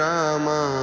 Rama